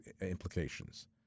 implications